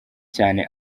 cyane